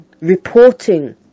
reporting